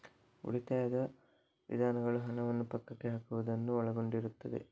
ಉಳಿತಾಯದ ವಿಧಾನಗಳು ಹಣವನ್ನು ಪಕ್ಕಕ್ಕೆ ಹಾಕುವುದನ್ನು ಒಳಗೊಂಡಿರುತ್ತದೆ